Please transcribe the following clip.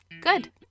Good